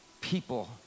people